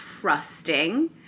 trusting